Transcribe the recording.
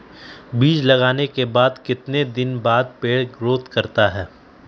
बीज लगाने के बाद कितने दिन बाद पर पेड़ ग्रोथ करते हैं?